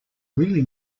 really